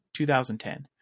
2010